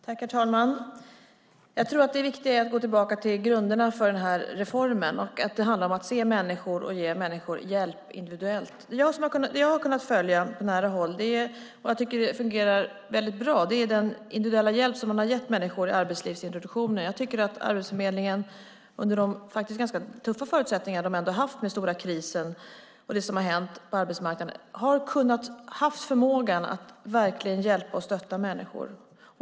Herr talman! Jag tror att det viktiga är att gå tillbaka till grunderna för den här reformen. Det handlar om att se människor och att ge människor hjälp individuellt. Det jag har kunnat följa på nära håll och tycker fungerar väldigt bra är den individuella hjälp som man har gett människor i arbetslivsintroduktionen. Jag tycker att Arbetsförmedlingen under de faktiskt ganska tuffa förutsättningar de ändå har haft med den stora krisen och det som har hänt på arbetsmarknaden har haft förmågan att verkligen hjälpa och stötta människor.